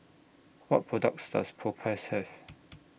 What products Does Propass Have